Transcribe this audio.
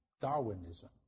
Darwinism